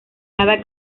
cada